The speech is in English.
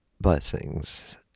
blessings